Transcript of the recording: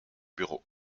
bureau